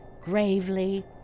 gravely